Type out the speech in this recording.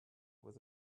with